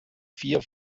vier